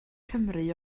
cymru